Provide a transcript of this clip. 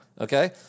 Okay